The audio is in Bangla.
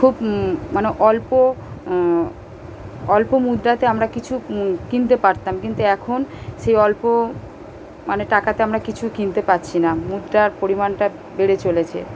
খুব মানে অল্প অল্প মুদ্রাতে আমরা কিছু কিনতে পারতাম কিন্তু এখন সেই অল্প মানে টাকাতে আমরা কিছু কিনতে পারছি না মুদ্রার পরিমাণটা বেড়ে চলেছে